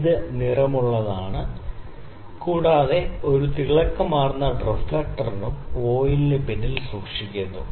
ഇത് നിറമുള്ളതാണ് കൂടാതെ ഒരു തിളക്കമാർന്ന റിഫ്ലക്ടറും വോയ്ലിനു പിന്നിൽ സൂക്ഷിക്കുന്നു